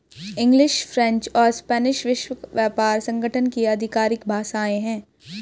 English, French और Spanish विश्व व्यापार संगठन की आधिकारिक भाषाएं है